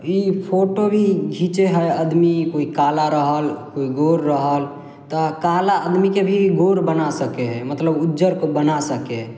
ई photo भी घिचय हइ आदमी कोइ काला रहल कोइ गोर रहल तऽ काला आदमीके भी गोर बना सकय हइ मतलब उज्जर बना सकय हइ